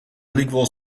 lykwols